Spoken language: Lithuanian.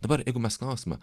dabar jeigu mes klausime